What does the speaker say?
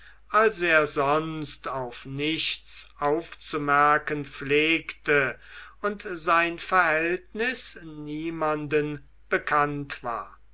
als er sonst auf nichts aufzumerken pflegte und sein verhältnis niemanden bekannt war